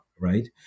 right